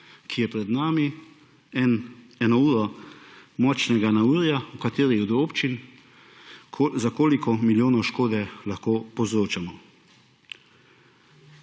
ki je pred nami: ena ura močnega neurja v kateri od občin − za koliko milijonov škode lahko povzroči.